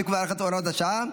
תיקון והארכת הוראת השעה),